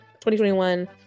2021